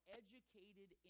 educated